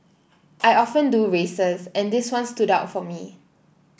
I often do races and this one stood out for me